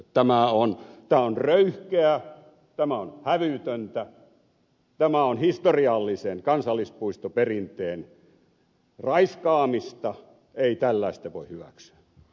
tämä on röyhkeää tämä on hävytöntä tämä on historiallisen kansallispuistoperinteen raiskaamista ei tällaista voi hyväksyä